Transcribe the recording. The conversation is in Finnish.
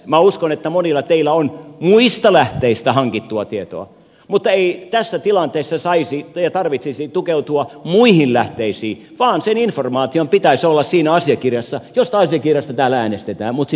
minä uskon että monilla teillä on muista lähteistä hankittua tietoa mutta ei tässä tilanteessa tarvitsisi tukeutua muihin lähteisiin vaan sen informaation pitäisi olla siinä asiakirjassa josta täällä äänestetään mutta sitä ei täällä ole